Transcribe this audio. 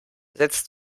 setzt